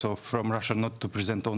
סיימתי כמה פעילויות ברוסיה.